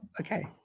okay